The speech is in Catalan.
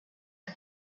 que